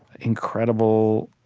incredible,